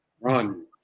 run